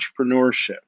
entrepreneurship